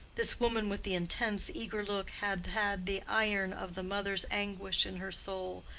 this woman with the intense, eager look had had the iron of the mother's anguish in her soul,